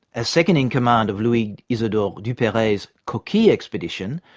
as second-in-command of louis-isidore duperrey's coquille expedition,